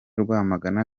rwamagana